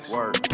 Work